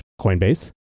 Coinbase